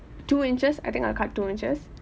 two inches I think I'll cut two inches